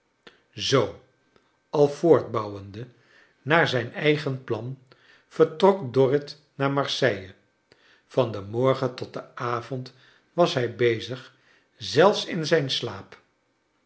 zoo al voortbouwende naar zijn eigen plan vertrok dorrit naar marseille van den morgen tot den avond was hij bezig zelfs in zijn slaap